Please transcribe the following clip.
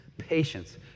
Patience